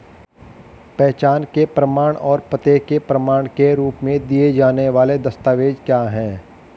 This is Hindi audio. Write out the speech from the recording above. पहचान के प्रमाण और पते के प्रमाण के रूप में दिए जाने वाले दस्तावेज क्या हैं?